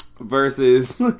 versus